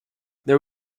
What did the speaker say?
there